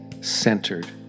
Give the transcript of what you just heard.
centered